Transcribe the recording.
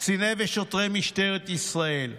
קציני ושוטרי משטרת ישראל: